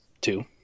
two